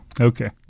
Okay